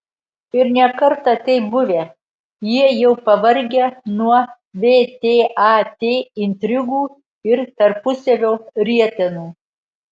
ir ne kartą taip buvę jie jau pavargę nuo vtat intrigų ir tarpusavio rietenų